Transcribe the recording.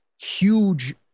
huge